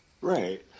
Right